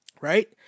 right